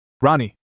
Ronnie